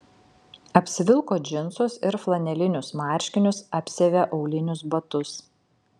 apsivilko džinsus ir flanelinius marškinius apsiavė aulinius batus